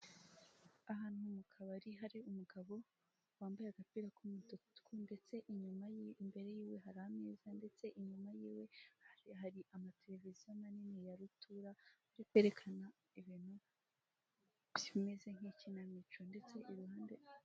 Ahantu mu kabari hari umugabo wambaye agapira k'umutuku ndetse inyuma yi imbere yiwe hari amateleviziyo manini ya rutura, ari kwerekana ibintu bimeze nk'ikinamico. Ndetse iruhande.